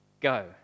go